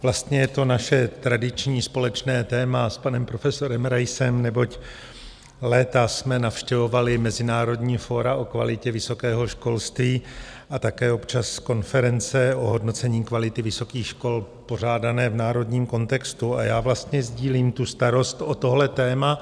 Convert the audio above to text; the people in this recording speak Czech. Vlastně je to naše tradiční společné téma s panem profesorem Raisem, neboť léta jsme navštěvovali mezinárodní fóra o kvalitě vysokého školství a také občas konference o hodnocení kvality vysokých škol pořádané v národním kontextu, a já sdílím starost o tohle téma.